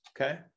Okay